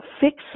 fix